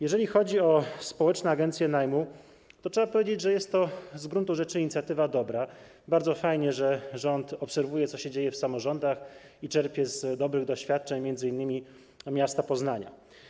Jeżeli chodzi o społeczne agencje najmu, to trzeba powiedzieć, że jest to z gruntu rzeczy inicjatywa dobra, bardzo fajnie, że rząd obserwuje, co się dzieje w samorządach, i czerpie z dobrych doświadczeń m.in. miasta Poznania.